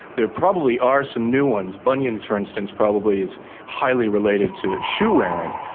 there probably are some new ones bunions for instance probably is highly related to shoe wearing.